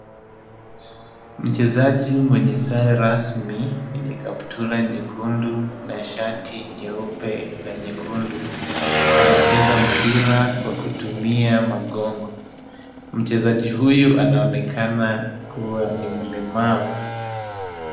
Mchezaji mwenye sare rasmi yenye kaptura nyekundu na shati nyeupe na nyekundu ,anacheza mpira kwa kutumia magongo. Mchezaji huyu anaonekana kuwa ni mlemavu.